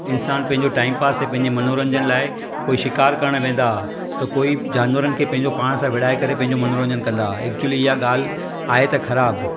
इन्सानु पंहिंजो time pass ऐं पंहिंजे मनोरंजनु लाइ कोई शिकार करणु वेंदा त कोई जानवरनि खे पंहिंजो पाण सा विढ़ाइ करे पंहिंजो मनोरंजनु कंदा ऐक्चुअली इहा ॻाल्हि आहे त ख़राब